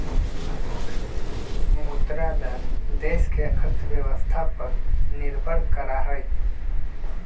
मुद्रा दर देश के अर्थव्यवस्था पर निर्भर करा हई